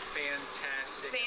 fantastic